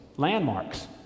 Landmarks